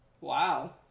Wow